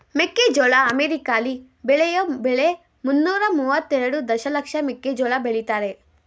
ಮೆಕ್ಕೆಜೋಳ ಅಮೆರಿಕಾಲಿ ಬೆಳೆಯೋ ಬೆಳೆ ಮುನ್ನೂರ ಮುವತ್ತೆರೆಡು ದಶಲಕ್ಷ ಮೆಕ್ಕೆಜೋಳ ಬೆಳಿತಾರೆ